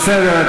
בסדר.